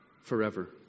forever